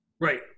Right